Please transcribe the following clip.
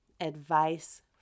Advice